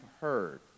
heard